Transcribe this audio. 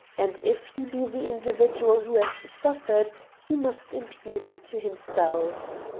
and if he be the in dividual who has suffered he must impute it to himself